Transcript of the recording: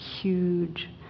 huge